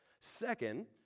Second